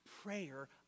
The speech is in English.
prayer